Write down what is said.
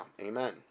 amen